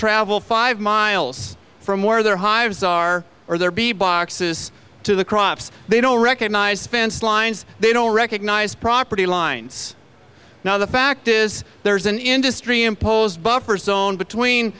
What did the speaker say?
travel five miles from where their hives are or there be boxes to the crops they don't recognize fence lines they don't recognize property lines now the fact is there's an industry imposed buffer zone between